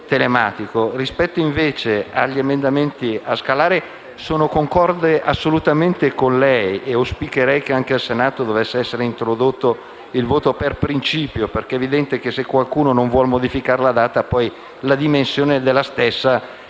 febbraio. Rispetto agli emendamenti a scalare, concordo assolutamente con lei e auspico che anche al Senato venga introdotto il voto per principio, perché è evidente che, se qualcuno non vuole modificare la data, poi la dimensione della stessa è